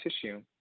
tissue